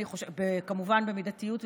כמובן, במידתיות ובאיזון.